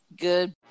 Good